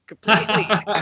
completely